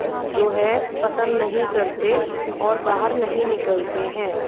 जो है पसंद नही करते और बाहर नहीं निकलते हैं